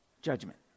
Judgment